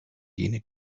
gene